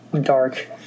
dark